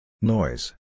Noise